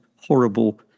horrible